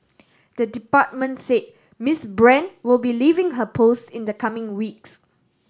the department said Miss Brand will be leaving her post in the coming weeks